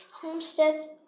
homesteads